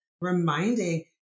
reminding